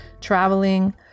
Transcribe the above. traveling